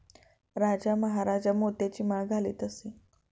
राजा महाराजा मोत्यांची माळ घालत असे